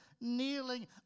kneeling